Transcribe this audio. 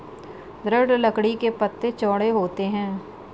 दृढ़ लकड़ी के पत्ते चौड़े होते हैं